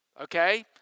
Okay